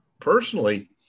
personally